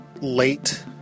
late